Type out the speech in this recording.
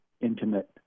intimate